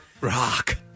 Rock